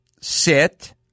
sit